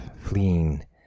fleeing